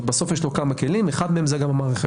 יש לו כמה כלים, אחד מהם הוא המערכת.